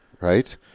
right